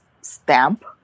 stamp